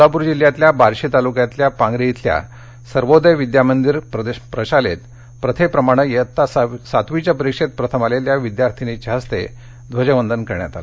सोलापूर जिल्ह्यातल्या बार्शी तालुक्यातल्या पांगरी इथल्या सर्वोदय विद्या मंदिर प्रशालेत प्रथेप्रमाणे इयत्ता सातवीच्या परीक्षेत प्रथम आलेल्या विद्यार्थिनीच्या हस्ते ध्वजवंदन करण्यात आलं